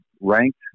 ranked